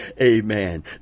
Amen